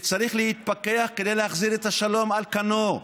צריך להתפכח כדי להחזיר את השלום על כנו,